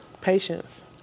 Patience